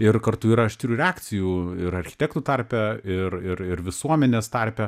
ir kartu yra aštrių reakcijų ir architektų tarpe ir ir ir visuomenės tarpe